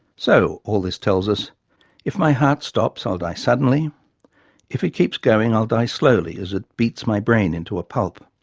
so, all this tells us if my heart stops i'll die suddenly if it keeps going, i'll die slowly, as it beats my brain into a pulp'.